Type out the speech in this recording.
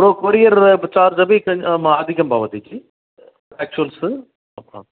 को courier charge अपि किञ् अधिकं भवति जि आक्चुवल्स् हा